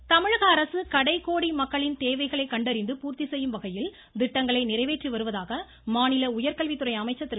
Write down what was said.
அன்பழகன் கடைகோடி தமிழகஅரசு தேவைகளை கண்டறிந்து பூர்த்திசெய்யும்வகையில் திட்டங்களை நிறைவேற்றிவருவதாக மாநில உயர்கல்வித்துறை அமைசச்ர் திரு